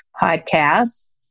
podcast